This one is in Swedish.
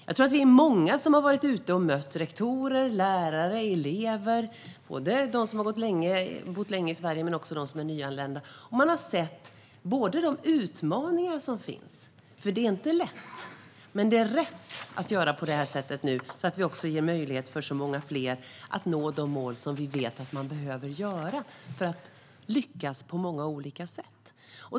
Jag tror att vi är många som har varit ute och mött rektorer, lärare och elever - både sådana som har bott länge i Sverige och sådana som är nyanlända - och sett de utmaningar som finns. Det är inte lätt att göra på det här sättet nu, men det är rätt. Det handlar om att ge möjlighet till så många fler att nå de mål vi vet att de behöver nå för att lyckas på många olika sätt.